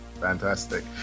Fantastic